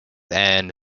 and